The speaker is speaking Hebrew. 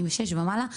46 ומעלה,